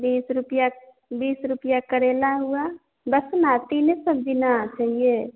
बीस रुपये बीस रुपये करेला हुआ बस ना तीन ही सब्जी ना चाहिए